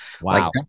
Wow